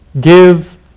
Give